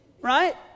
Right